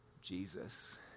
Jesus